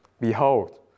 Behold